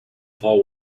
fall